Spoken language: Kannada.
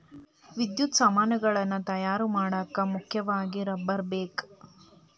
ವಿದ್ಯುತ್ ಸಾಮಾನುಗಳನ್ನ ತಯಾರ ಮಾಡಾಕ ಮುಖ್ಯವಾಗಿ ರಬ್ಬರ ಬೇಕ